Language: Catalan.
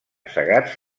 segats